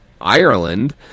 Ireland